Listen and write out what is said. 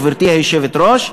גברתי היושבת-ראש,